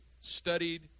studied